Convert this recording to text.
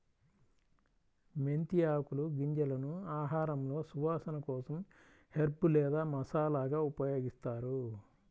మెంతి ఆకులు, గింజలను ఆహారంలో సువాసన కోసం హెర్బ్ లేదా మసాలాగా ఉపయోగిస్తారు